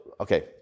okay